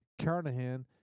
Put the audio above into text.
Carnahan